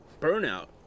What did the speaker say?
Burnout